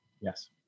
Yes